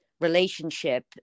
relationship